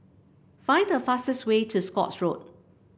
find the fastest way to Scotts Road